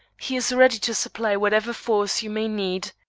he is ready to supply whatever force you may need.